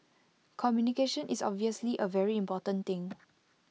communication is obviously A very important thing